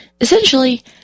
Essentially